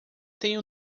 tem